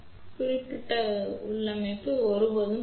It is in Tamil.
or shunt admittance A B 1 0 where we can now represent a Y G jB